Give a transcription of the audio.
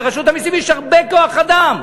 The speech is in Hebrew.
לרשות המסים יש הרבה כוח-אדם,